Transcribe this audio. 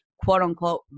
quote-unquote